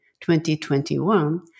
2021